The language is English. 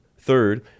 Third